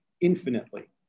infinitely